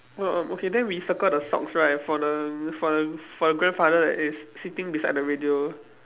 orh orh okay then we circle the socks right for the for the for the grandfather that is sitting beside the radio